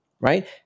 right